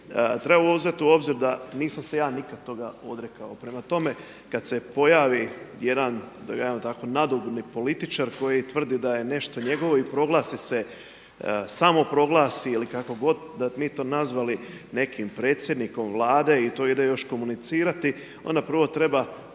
treba uzeti u obzir nisam se ja nikad toga odrekao. Prema tome, kad se pojavi jedan tako nadobudni političar koji tvrdi da je nešto njegovo i proglasi se, samo proglasi ili kako god mi to nazvali nekim predsjednikom Vlade i to ide još komunicirati onda prvo treba ja